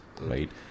right